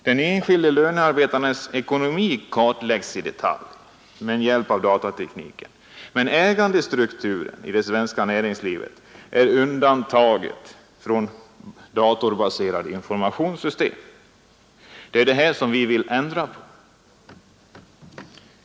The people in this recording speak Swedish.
Den enskilde lönearbetarens ekonomi kartläggs i detalj med hjälp av datatekniken, men ägandestrukturen i det svenska näringslivet är undantagen från datorbaserade informationssystem. Det är på detta vi vill ändra.